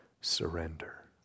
surrender